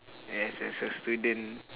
and as a student